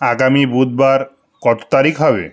আগামী বুধবার কত তারিখ হবে